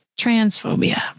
transphobia